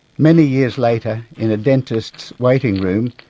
many years later in a dentist's waiting room,